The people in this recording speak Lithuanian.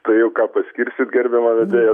tai jau ką paskirsit gerbiama vedėja tas